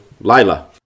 lila